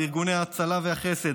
בארגוני ההצלה והחסד,